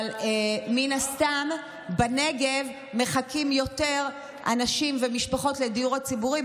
אבל מן הסתם בנגב מחכים יותר אנשים ומשפחות לדיור הציבורי.